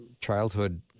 childhood